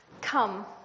Come